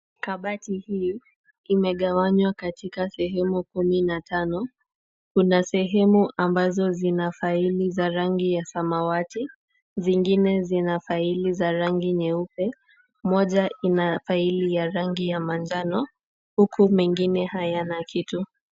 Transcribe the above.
Kabati hii imegawanywa katika sehemu kumi na tano. Kuna sehemu ambazo zina faili za rangi ya samawati, zingine zina faili za rangi nyeupe. Moja ina faili ya rangi ya manjano, huku mengine hayana kitu.